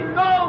no